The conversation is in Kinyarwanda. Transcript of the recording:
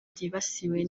byibasiwe